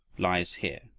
lies here.